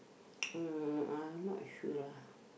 uh I'm not sure lah